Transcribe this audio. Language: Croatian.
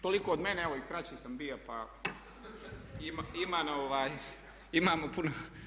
Toliko od mene, evo i kraći sam bio, imamo puno.